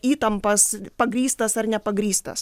įtampas pagrįstas ar nepagrįstas